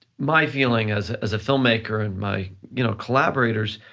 my feeling as as a filmmaker and my you know collaborators,